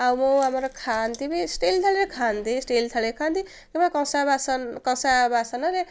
ଆଉ ମୁଁ ଆମର ଖାଆନ୍ତି ବି ଷ୍ଟିଲ ଥାଳିରେ ଖାଆନ୍ତି ଷ୍ଟିଲ ଥାଳିରେ ଖାଆନ୍ତି କିମ୍ବା କଂସା ବାସନ କଂସା ବାସନରେ